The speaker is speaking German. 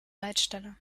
leitstelle